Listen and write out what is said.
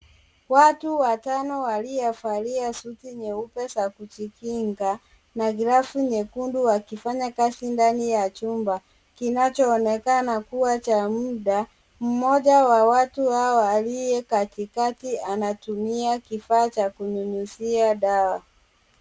Watu watano waliovalia suti nyeupe za kujikinga na glavu nyeundu, wakifanya kazi ndani ya chumba kinachoonekana kuwa cha muda. Mmoja wa watu hawa aliye katikati anatumia kifaa cha kunyunyizia dawa.